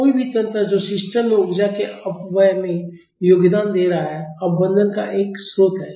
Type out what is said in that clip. कोई भी तंत्र जो सिस्टम में ऊर्जा के अपव्यय में योगदान दे रहा है अवमंदन का एक स्रोत है